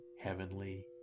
Heavenly